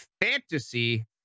fantasy